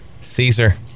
Caesar